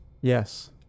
Yes